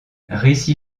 récit